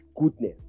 goodness